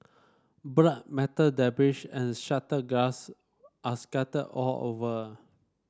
blood metal debris and shattered glass are scattered all over